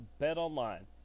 BetOnline